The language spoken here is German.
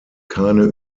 keine